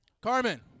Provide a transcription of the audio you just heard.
Carmen